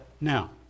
now